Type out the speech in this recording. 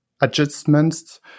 adjustments